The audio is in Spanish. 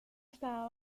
estaba